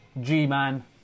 G-Man